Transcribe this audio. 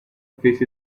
fish